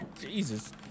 Jesus